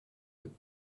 deux